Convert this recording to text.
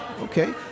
Okay